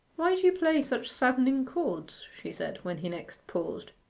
why do you play such saddening chords she said, when he next paused.